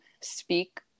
speak